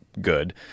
good